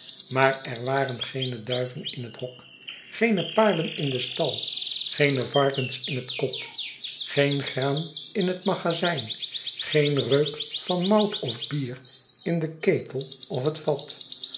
maar er waren geene duiven in het hok geene paarden in den stal geene varkens in het kot geen graan in het magazijn geen reuk van mout of bier in den ketel of het vat